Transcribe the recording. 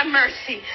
mercy